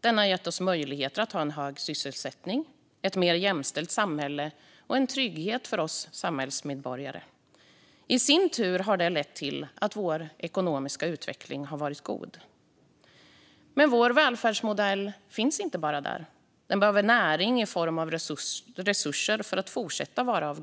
Den har gett oss möjlighet att ha en hög sysselsättning, ett mer jämställt samhälle och en trygghet för oss samhällsmedborgare, vilket i sin tur har lett till att vår ekonomiska utveckling har varit god. Men vår välfärdsmodell finns inte bara där av sig själv. Den behöver näring i form av resurser för att fortsätta att vara